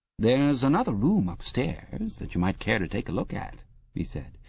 there's another room upstairs that you might care to take a look at he said.